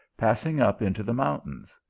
passing up into the mountains.